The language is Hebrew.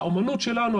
האומנות שלנו,